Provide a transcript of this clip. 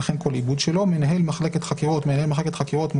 "מבקש" מנהל מחלקת חקירות,